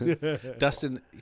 Dustin